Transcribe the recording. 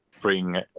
bring